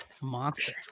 Monster